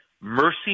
mercy